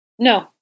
No